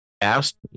asked